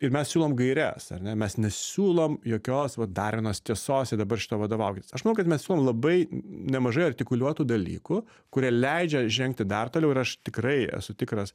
ir mes siūlom gaires ar ne mes nesiūlom jokios va dar vienos tiesos ir dabar šituo vadovaukitės aš manau kad mes siūlom labai nemažai artikuliuotų dalykų kurie leidžia žengti dar toliau ir aš tikrai esu tikras